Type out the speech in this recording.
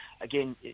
again